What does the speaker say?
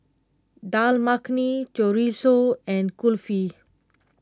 Dal Makhani Chorizo and Kulfi